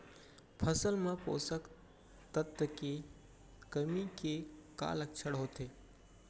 फसल मा पोसक तत्व के कमी के का लक्षण होथे?